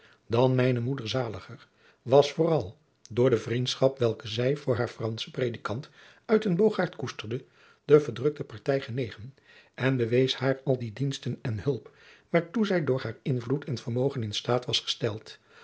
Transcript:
dan mijne moeder zaliger was vooral door de vriendschap welke zij voor haren franschen predikant uytenbogaert koesterde de verdrukte partij genegen en bewees haar al die diensten en hulp waartoe zij door haar invloed en vermogen in staat was gesteld